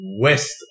west